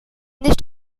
nicht